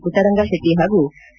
ಮಟ್ಟರಂಗಶೆಟ್ಟಿ ಹಾಗೂ ಸಿ